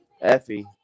Effie